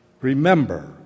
Remember